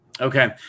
Okay